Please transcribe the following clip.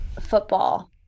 Football